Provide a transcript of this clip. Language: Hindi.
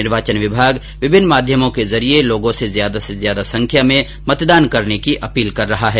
निर्वाचन विभाग विभिन्न माध्यमों के जरिए लोगों से ज्यादा र्स ज्यादा संख्या में मतदान करने की अपील कर रहा है